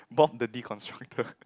Bob the deconstructor